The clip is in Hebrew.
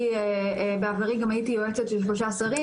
אני בעברי גם הייתי יועצת של שלושה שרים,